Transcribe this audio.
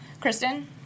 Kristen